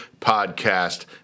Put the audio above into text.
podcast